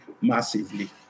massively